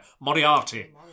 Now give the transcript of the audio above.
Moriarty